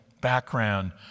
background